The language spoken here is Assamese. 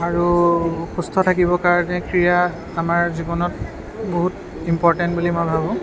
আৰু সুস্থ থাকিবৰ কাৰণে ক্ৰীড়া আমাৰ জীৱনত বহুত ইম্পৰ্টেণ্ট বুলি মই ভাবোঁ